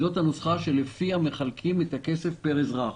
הנוסחה שלפיה מחלקים את הכסף פר אזרח.